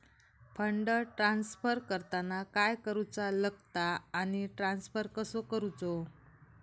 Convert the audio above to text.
Fund transfer करताना काय करुचा लगता आनी ट्रान्स्फर कसो करूचो?